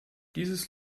dieses